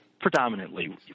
predominantly